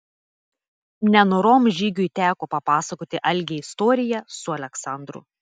nenorom žygiui teko papasakoti algei istoriją su aleksandru